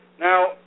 Now